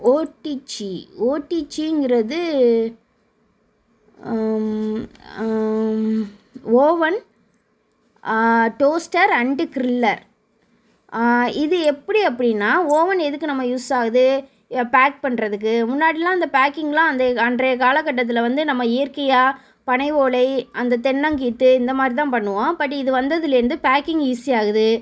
OTG ஓடிஜிங்கிறது oven toaster and griller இது எப்படி அப்படின்னா ஓவன் எதுக்கு நம்ம யூஸ் ஆகுது இதை பேக் பண்ணுறதுக்கு முன்னாடிலாம் இந்த பேக்கிங்லாம் வந்து அன்றைய காலக்கட்டத்தில் வந்து நம்ம இயற்கையாக பனை ஓலை அந்த தென்னங்கீற்று இந்த மாதிரி தான் பண்ணுவோம் பட் இது வந்ததுலேருந்து பேக்கிங் ஈஸியாகுது